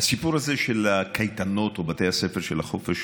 הסיפור הזה של הקייטנות או בתי הספר של החופש,